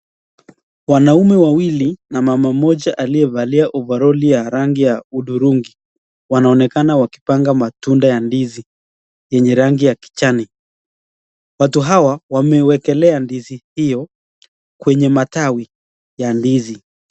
Wanaume wawili na mama mmoja aliyevalia ovaroli ya rangi ya hudhurungi wanaonekana wakipanga matunda ya ndizi yenye rangi ya kijani. Watu hawa wameekelea ndizi hiyo kwenye matawi ya ndizi.